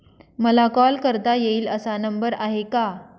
मला कॉल करता येईल असा नंबर आहे का?